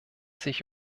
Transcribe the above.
sich